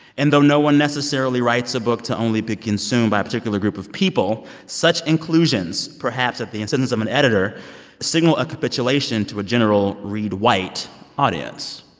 and though no one necessarily writes a book to only be consumed by a particular group of people, such inclusions perhaps at the insistence of an editor signal a capitulation to a general read, white audience.